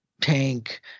Tank